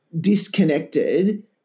disconnected